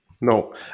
No